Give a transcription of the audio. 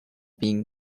been